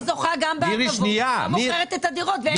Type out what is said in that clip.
היא גם זוכה בהטבות וגם מוכרת את הדירות.